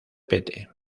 pete